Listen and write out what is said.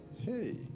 Hey